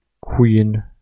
Queen